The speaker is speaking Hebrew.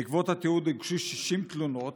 בעקבות התיעוד הוגשו 60 תלונות,